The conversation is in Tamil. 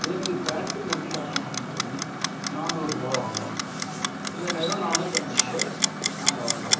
அதே மாரி பேண்ட்டுக்கு வந்து பார்த்தோம் அப்படின்னு சொன்னோம்னால் நானூறுபா வாங்குறோம் சில நேரம் நானூத்தைம்பது கூட நாங்கள் வாங்குறோம்